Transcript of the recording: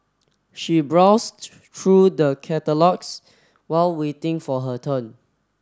she browsed through the catalogues while waiting for her turn